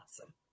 Awesome